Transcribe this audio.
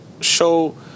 show